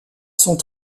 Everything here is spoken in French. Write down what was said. sont